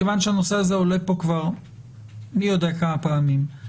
מכיוון שהנושא הזה עולה פה כבר מי יודע כמה פעמים,